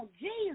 Jesus